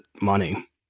money